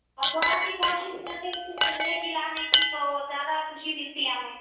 اور تھوڑا سی کوشش کر کے اس سے پہلے کی لانے کی تو زیادہ خوشی ملتی ہے ہمیں